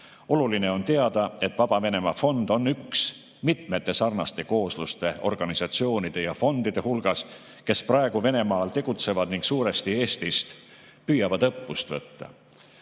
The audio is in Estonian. Oluline on teada, et Vaba Venemaa Fond on üks mitmete sarnaste koosluste, organisatsioonide ja fondide hulgas, kes praegu Venemaal tegutsevad ning suuresti Eestist püüavad õppust võtta.